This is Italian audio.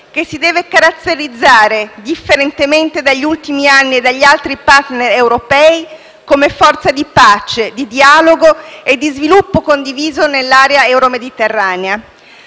che si deve caratterizzare, differentemente dagli ultimi anni e dagli altri *partner* europei, come forza di pace, dialogo e sviluppo condiviso nell'area euro-mediterranea.